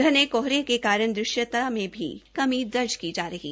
घने कोहन के कारण दृश्यता में भी कमी दर्ज की जा रही है